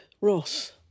Ross